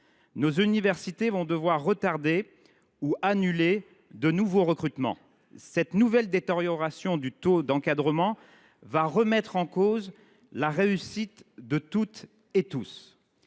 Nos universités vont devoir retarder, voire annuler, des recrutements. Cette nouvelle détérioration du taux d’encadrement va remettre en cause la réussite de toutes et de tous.